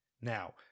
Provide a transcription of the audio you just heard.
Now